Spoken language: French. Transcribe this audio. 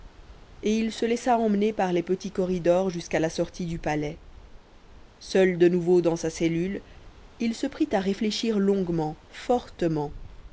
et il se laissa emmener par les petits corridors jusqu'à la sortie du palais seul de nouveau dans sa cellule il se prit à réfléchir longuement fortement